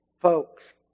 Folks